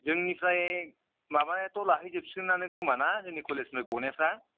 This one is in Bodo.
जोंनिफ्राइ माबायाथ' लाहैजोबसिगोनानो खोमा ना जोंनि कलेजनिफ्रइ गनायफ्रा